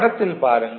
படத்தில் பாருங்கள்